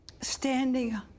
standing